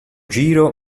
giro